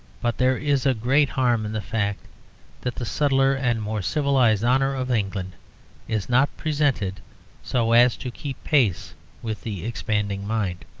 but there is great harm in the fact that the subtler and more civilized honour of england is not presented so as to keep pace with the expanding mind.